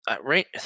right